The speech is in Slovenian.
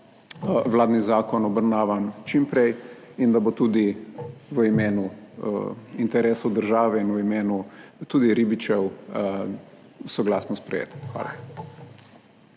vladni zakon obravnavan čim prej in da bo tudi v imenu interesov države in tudi v imenu ribičev soglasno sprejet. Hvala.